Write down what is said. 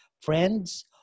friends